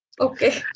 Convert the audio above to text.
Okay